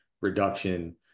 reduction